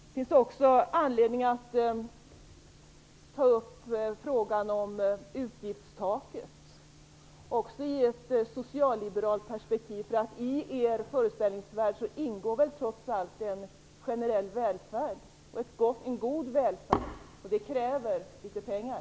Det finns vidare anledning att ta upp frågan om utgiftstaket, också det i ett socialliberalt perspektiv. I er föreställningsvärld ingår väl trots allt en generell välfärd. Men för en sådan krävs det pengar.